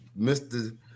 Mr